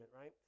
right